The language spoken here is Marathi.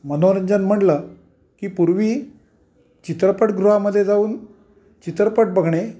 मनोरंजन म्हणलं की पूर्वी चित्रपटगृहामध्ये जाऊन चित्रपट बघणे